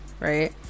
Right